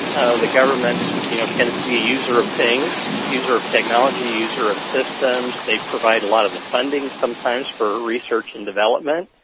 ah the government you know tends to be a user of things, a user of technology, user of systems, they provide a lot of the funding sometimes for research and development.